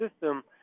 system